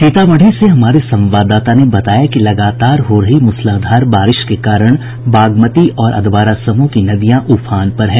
सीतामढ़ी से हमारे संवाददाता ने बताया कि लगातार हो रही मूसलाधार बारिश के कारण बागमती और अधवारा समूह की नदियां उफान पर है